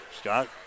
Scott